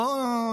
בואו,